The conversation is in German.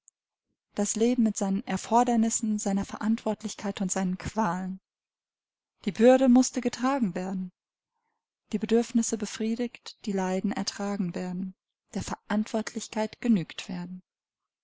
das leben mit seinen erfordernissen seiner verantwortlichkeit und seinen qualen die bürde mußte getragen werden die bedürfnisse befriedigt die leiden ertragen werden der verantwortlichkeit genügt werden